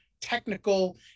technical